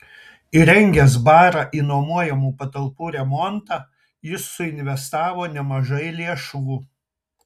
įrengęs barą į nuomojamų patalpų remontą jis suinvestavo nemažai lėšų